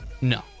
No